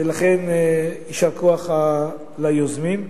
ולכן יישר כוח ליוזמים.